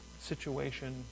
situation